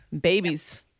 babies